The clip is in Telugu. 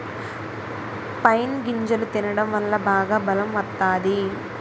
పైన్ గింజలు తినడం వల్ల బాగా బలం వత్తాది